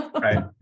Right